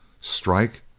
Strike